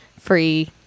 free